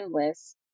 endless